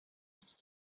اسب